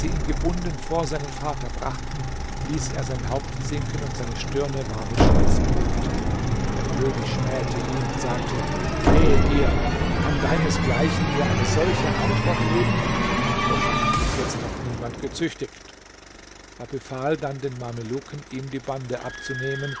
ihn gebunden vor seinen vater brachten ließ er sein haupt sinken und seine stirne war mit schweiß bedeckt der könig schmähte ihn und sagte wehe dir kann deinesgleichen mir eine solche antwort geben doch hat dich bis jetzt noch niemand gezüchtigt er befahl dann den mameluken ihm die bande abzunehmen